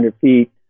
feet